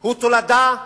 הוא תולדה